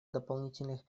дополнительных